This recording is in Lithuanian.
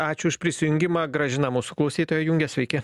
ačiū už prisijungimą gražiną mūsų klausytoją jungia sveiki